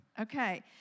Okay